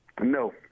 No